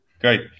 Great